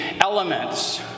elements